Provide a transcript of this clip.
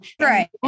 Right